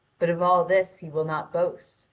but of all this he will not boast,